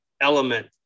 element